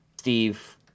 Steve